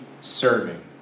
serving